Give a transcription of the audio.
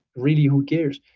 really, who cares?